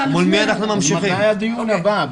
מתי יהיה הדיון הבא?